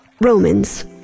Romans